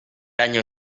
año